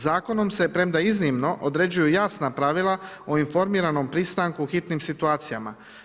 Zakonom se, premda iznimno, određuju jasna pravila o informiranom pristanku u hitnim situacijama.